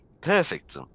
Perfect